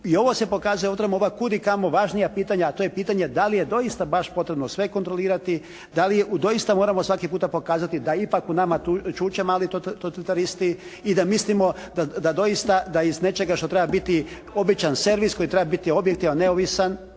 se ne razumije./ … ova kudikamo važnija pitanja a to je pitanje da li je doista baš potrebno sve kontrolirati, da li je, doista moramo svaki puta pokazati da ipak u nama čuče mali totalitaristi i da mislimo da doista, da iz nečega što treba biti običan servis koji treba biti objektivan, neovisan,